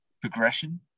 progression